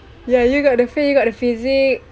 ya you got the face you got the physic